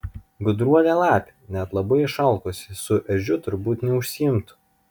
gudruolė lapė net labai išalkusi su ežiu turbūt neužsiimtų